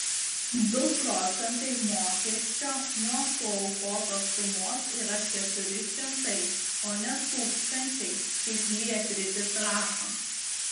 du procentai mokesčio nuo suaukotos sumos yra keturi šimtai o ne tūkstančiai kaip lietrytis rašo